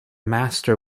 master